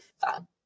fun